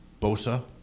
Bosa